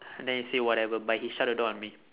then he say whatever bye he shut the door on me